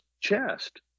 chest